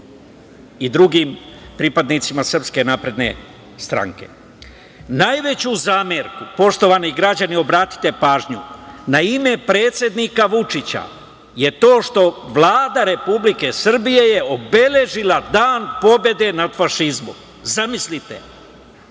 i drugim pripadnicima SNS.Najveću zamerku, poštovani građani, obratite pažnju na ime predsednika Vučića je to što je Vlada Republike Srbije obeležila Dan pobede nad fašizmom. Zamislite,